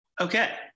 Okay